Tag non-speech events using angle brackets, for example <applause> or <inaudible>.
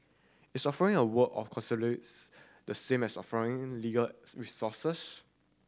is offering a word of <unintelligible> the same as offering legal resources